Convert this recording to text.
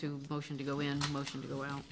who motion to go in motion to the out